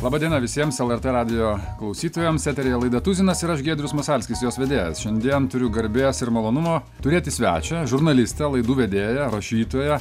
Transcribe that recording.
laba diena visiems lrt radijo klausytojams eteryje laida tuzinas ir aš giedrius masalskis jos vedėjas šiandien turiu garbės ir malonumo turėti svečią žurnalistą laidų vedėją rašytoją